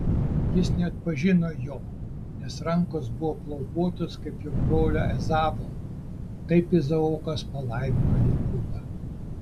jis neatpažino jo nes rankos buvo plaukuotos kaip jo brolio ezavo taip izaokas palaimino jokūbą